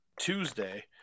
Tuesday